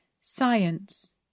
science